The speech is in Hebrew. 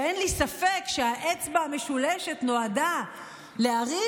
שאין לי ספק שהאצבע המשולשת נועדה להרים,